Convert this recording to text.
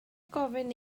gofyn